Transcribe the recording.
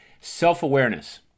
Self-awareness